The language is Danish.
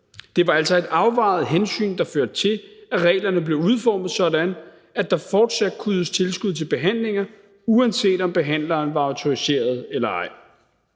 Det var altså et afvejet hensyn, der førte til, at reglerne blev udformet sådan, at der fortsat kunne ydes tilskud til behandlinger, uanset om behandleren var autoriseret eller ej.